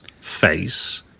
face